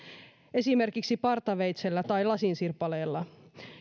esimerkiksi partaveitsellä tai lasinsirpaleella